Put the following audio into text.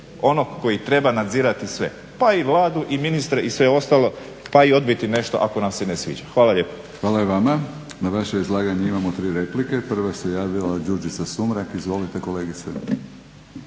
onog koji treba nadzirati sve pa i Vladu i ministre i sve ostalo pa i odbiti nešto ako nam se ne sviđa. Hvala lijepa. **Batinić, Milorad (HNS)** Hvala i vama. Na vaše izlaganje imamo 3 replike. Prva se javila Đurđica Sumrak. Izvolite kolegice.